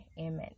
amen